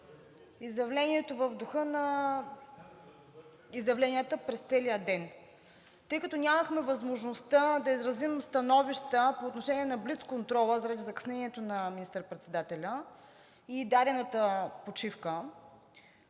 Изявлението е в духа на изявленията през целия ден и тъй като нямахме възможността да изразим становища по отношение на блиц контрола заради закъснението на министър-председателя и дадената почивка